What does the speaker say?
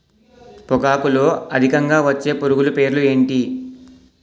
పొగాకులో అధికంగా వచ్చే పురుగుల పేర్లు ఏంటి